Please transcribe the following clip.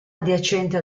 adiacente